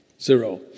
Zero